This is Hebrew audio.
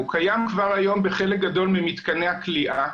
הוא קיים כבר היום בחלק גדול ממתקני הכליאה,